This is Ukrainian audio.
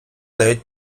навіть